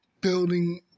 building